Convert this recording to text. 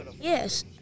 yes